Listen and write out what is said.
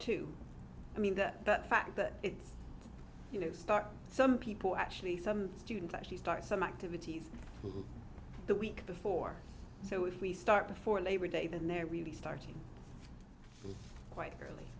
too i mean that but the fact that it's you know start some people actually some students actually start some activities in the week before so if we start before labor day then they're really starting quite early